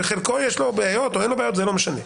בחלקו יש לו בעיות או לא זה לא משנה.